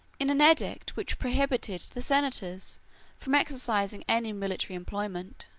in an edict which prohibited the senators from exercising any military employment,